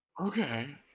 Okay